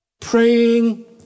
Praying